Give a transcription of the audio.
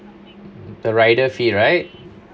the rider fee right